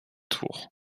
tours